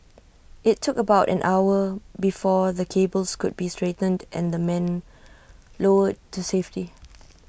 IT took about an hour before the cables could be straightened and the men lowered to safety